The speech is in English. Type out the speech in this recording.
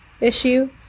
issue